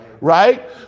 Right